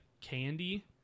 candy